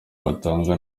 batanga